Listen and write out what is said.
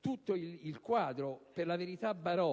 tutto il quadro - che per la verità, lo sappiamo,